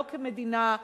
לא כמדינה,